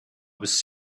was